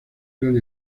gran